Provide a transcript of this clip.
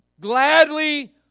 gladly